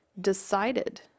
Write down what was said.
decided